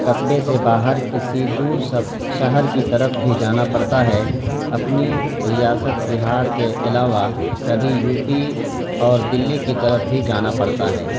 قصبے سے باہر کسی دور شف شہر کی طرف بھی جانا پڑتا ہے اپنی ریاست بہار کے علاوہ کبھی یو پی اور دلی کی طرف بھی جانا پڑتا ہے